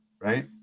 right